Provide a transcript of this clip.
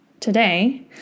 today